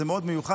זה מאוד מיוחד.